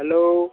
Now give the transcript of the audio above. hello